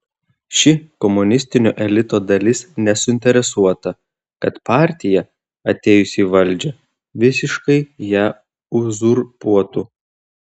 ši komunistinio elito dalis nesuinteresuota kad partija atėjusi į valdžią visiškai ją uzurpuotų